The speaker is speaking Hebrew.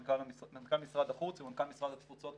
עם מנכ"ל משרד החוץ ומנכ"ל משרד התפוצות,